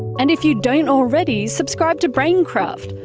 and if you don't already, subscribe to braincraft!